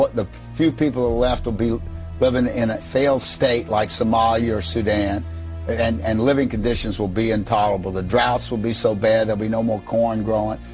but the few people left will be living in a failed state like somalia or sudan and and living conditions will be intolerable. the droughts will be so bad there'll be no more corn growing.